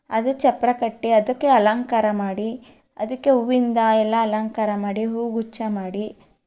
ಅದು ಚಪ್ಪರ ಕಟ್ಟಿ ಅದಕ್ಕೆ ಅಲಂಕಾರ ಮಾಡಿ ಅದಕ್ಕೆ ಹೂವಿಂದ ಎಲ್ಲ ಅಲಂಕಾರ ಮಾಡಿ ಹೂ ಗುಚ್ಛ ಮಾಡಿ